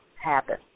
happen